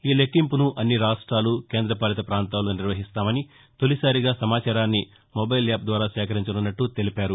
ఈ లెక్కింపును అన్ని రాష్ట్రాలు కేంద్రపాలిత ప్రాంతాల్లో నిర్వహిస్తామని తొలిసారిగా సమాచారాన్ని మొబైల్ యాప్ ద్వారా సేకరించనున్నట్టు తెలిపారు